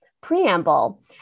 preamble